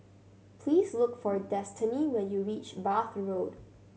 please look for Destany when you reach Bath Road